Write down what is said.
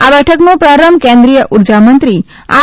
આ બેઠકનો પ્રારંભ કેન્દ્રીય ઉર્જા મંત્રી આર